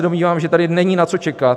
Domnívám se, že tady není na co čekat.